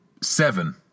seven